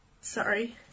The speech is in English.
sorry